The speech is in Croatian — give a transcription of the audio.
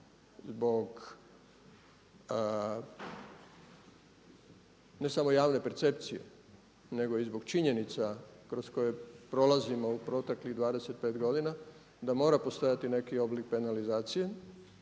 zbog ne samo javne percepcije nego i zbog činjenica kroz koje prolazimo u proteklih 25 godina da mora postojati neki oblik penalizacije